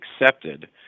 accepted